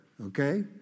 Okay